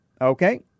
okay